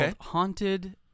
Haunted